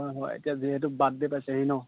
হয় হয় এতিয়া যিহেতু বাদ্থডে পাইছেহি ন